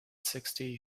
sixty